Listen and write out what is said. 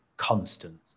constant